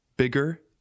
Bigger